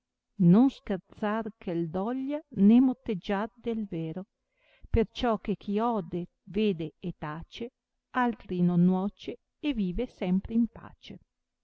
non scherzar che doglia né motteggiar del vero perciò che chi ode vede e tace altri non nuoce e vive sempre in pace